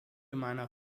meiner